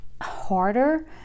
harder